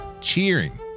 Cheering